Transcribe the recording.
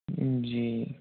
जी